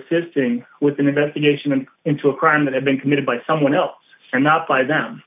assisting with an investigation into a crime that had been committed by someone else and not by them